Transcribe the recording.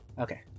Okay